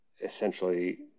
essentially